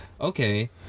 okay